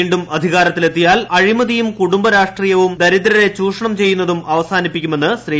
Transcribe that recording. വീണ്ടും അധികാരത്തിലെത്തി യാൽ അഴിമതിയും കുടുംബ രാഷ്ട്രീയവും ദരിദ്രരെ ചൂഷണം ചെയ്യുന്നതും അവസാനിപ്പിക്കുമെന്ന് ശ്രീ